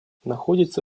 находится